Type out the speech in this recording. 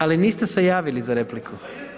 Ali niste se javili za repliku.